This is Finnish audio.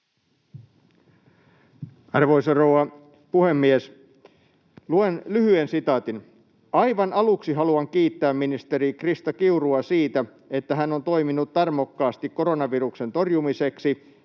Arvoisa rouva puhemies! Luen lyhyen sitaatin: ”Aivan aluksi haluan kiittää ministeri Krista Kiurua siitä, että hän on toiminut tarmokkaasti koronaviruksen torjumiseksi